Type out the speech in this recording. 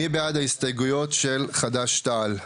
מי בעד ההסתייגויות של חד"ש תע"ל?